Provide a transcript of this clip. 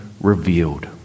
revealed